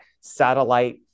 satellite